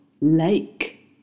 lake